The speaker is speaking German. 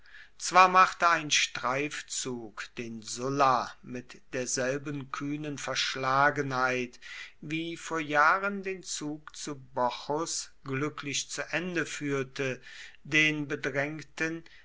zwar machte ein streifzug den sulla mit derselben kühnen verschlagenheit wie vor jahren den zug zu bocchus glücklich zu ende führte den bedrängten